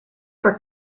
for